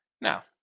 Now